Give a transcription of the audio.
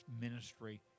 ministry